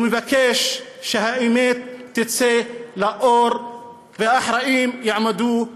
ומבקש שהאמת תצא לאור והאחראים יעמדו לדין.